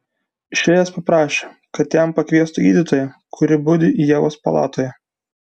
išėjęs paprašė kad jam pakviestų gydytoją kuri budi ievos palatoje